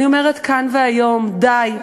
אני אומרת כאן והיום: די.